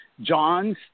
John's